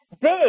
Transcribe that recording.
big